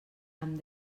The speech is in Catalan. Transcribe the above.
amb